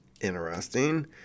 Interesting